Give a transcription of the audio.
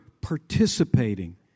participating